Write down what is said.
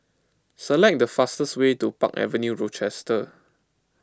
select the fastest way to Park Avenue Rochester